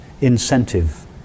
incentive